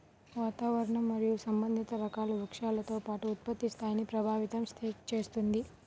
వాతావరణం మరియు సంబంధిత రకాల వృక్షాలతో పాటు ఉత్పత్తి స్థాయిని ప్రభావితం చేస్తుంది